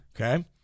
Okay